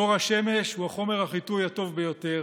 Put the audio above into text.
אור השמש הוא חומר החיטוי הטוב ביותר.